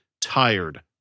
tired